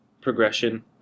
progression